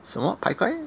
什么开盖